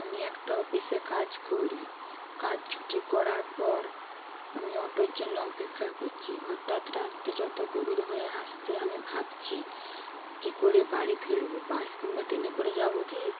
আমি একটা অফিসে কাজ করি কাজ ছুটি করার পর আমি অটোর জন্য অপেক্ষা করছি হঠাৎ রাত্রি যতো গভীর হয়ে আসছে আমি ভাবছি কী করে বাড়ি ফিরবো বাস কিংবা ট্রেনে করে যাবো কি